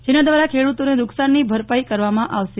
જેના દ્વારા ખેડૂતોને નુક્સાનની ભરપાઇ કરવામાં આવશે